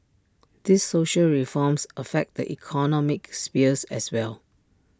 these social reforms affect the economic sphere as well